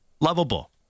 lovable